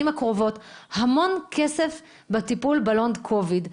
הקרובות המון כסף בטיפול בלונג קוביד.